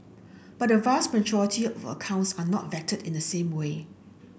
but a vast majority of accounts are not vetted in the same way